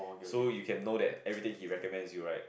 so you can know that everything he recommends you right